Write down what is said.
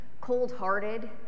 cold-hearted